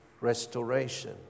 restoration